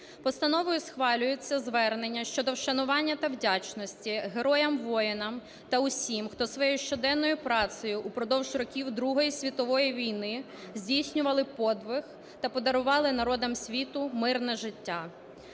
Постановою схвалюється Звернення щодо вшанування та вдячності героям-воїнам та усім, хто своєю щоденною працею упродовж років Другої світової війни здійснювали подвиг та подарували народам світу мирне життя.